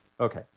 Okay